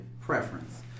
preference